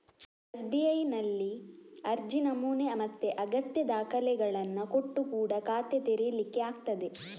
ಎಸ್.ಬಿ.ಐನಲ್ಲಿ ಅರ್ಜಿ ನಮೂನೆ ಮತ್ತೆ ಅಗತ್ಯ ದಾಖಲೆಗಳನ್ನ ಕೊಟ್ಟು ಕೂಡಾ ಖಾತೆ ತೆರೀಲಿಕ್ಕೆ ಆಗ್ತದೆ